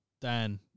Dan